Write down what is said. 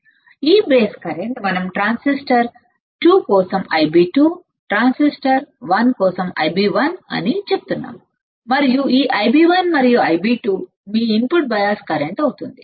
మరియు ఈ base current మనం ట్రాన్సిస్టర్ 2 కోసంIb2 ట్రాన్సిస్టర్ 1 కోసం Ib1 అని చెప్తున్నాము మరియు ఈ Ib1 మరియు Ib2 మీ ఇన్పుట్ బయాస్ కరెంట్ అవుతుంది